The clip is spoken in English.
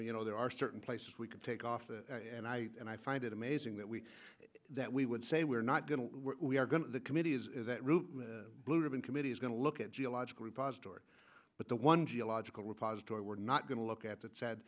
you know there are certain places we could take off and i and i find it amazing that we that we would say we're not going to we are going to the committee is that route blue ribbon committee is going to look at geological repository but the one geological repository we're not going to look at that said